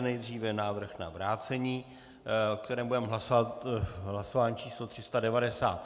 Nejdříve návrh na vrácení, o kterém budeme hlasovat v hlasování číslo 390.